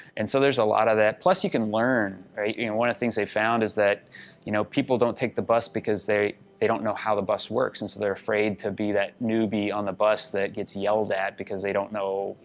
and so there's a lot of that plus you can learn, right? one of the things they found is that you know people don't take the bus because they they don't know how the bus works, and so they're afraid to be that newbie on the bus that gets yelled at because they don't know,